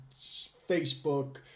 Facebook